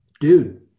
dude